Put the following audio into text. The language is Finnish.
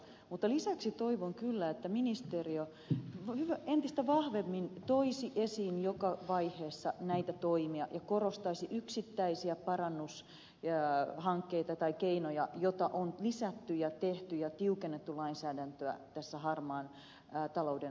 mutta lisäksi toivon kyllä että ministeriö entistä vahvemmin toisi esiin joka vaiheessa näitä toimia ja korostaisi yksittäisiä parannushankkeita tai keinoja joita on lisätty ja tehty ja joilla on tiukennettu lainsäädäntöä tässä harmaan talouden vastaisessa taistelussa